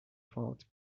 thought